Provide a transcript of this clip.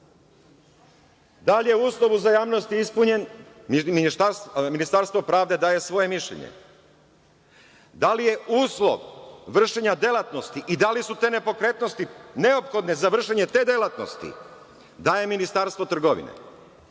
da li je uslov uzajamnosti ispunjen i Ministarstvo pravde daje svoje mišljenje? Da li je uslov vršenja delatnosti i da li su te nepokretnosti neophodne za vršenje te delatnosti, da je Ministarstvo trgovine?